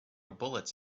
bullets